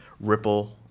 ripple